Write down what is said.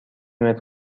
متر